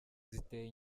ziteye